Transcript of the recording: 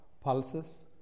pulses